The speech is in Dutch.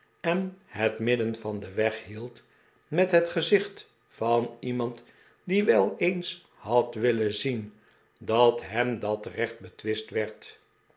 en het midden van den weg hield met het gezicht van iemand die wel eens had willen zien dat hem dat recht betwist werd